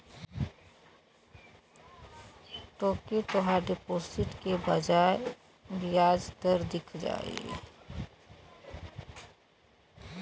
तोके तोहार डिपोसिट क बियाज दर दिख जाई